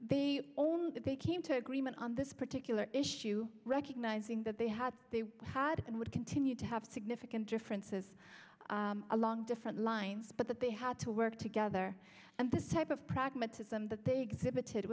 they own that they came to agreement on this particular issue recognizing that they had they had and would continue to have significant differences along different lines but that they had to work together and this type of pragmatism that they exhibited